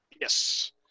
Yes